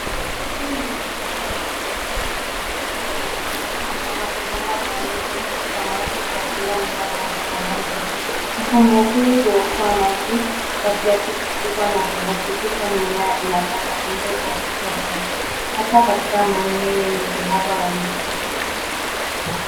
Huu ni mfumo wa umwagiliaji kwa njia ya matone ambapo bomba maalum hupitisha maji kwa kila mmea moja kwa moja. Mfumo huu huokoa maji kwa kiasi kikubwa na kuhakikisha mimea inapata unyevu wa kutosha hasa katika maeneo yenye uhaba wa mvua.